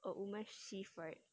a woman shift right